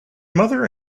mother